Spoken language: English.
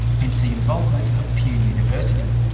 hence the involvement of pune university.